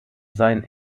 sein